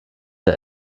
der